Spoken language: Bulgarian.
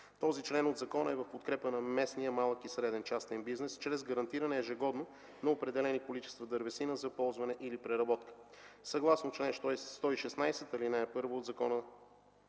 Този член от закона е в подкрепа на местния малък и среден частен бизнес чрез гарантиране ежегодно на определени количества дървесина за ползване или преработка. Съгласно чл. 116, ал. 1 от закона